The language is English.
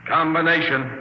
Combination